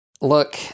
Look